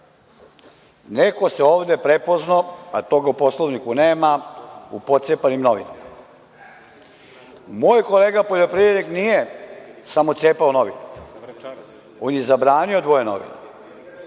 se ovde prepoznao, a toga po Poslovniku nema u pocepanim novinama. Moj kolega poljoprivrednik nije samo cepao novine, on je zabranio dvoje novina.